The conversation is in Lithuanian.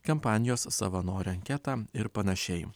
kampanijos savanorio anketą ir panašiai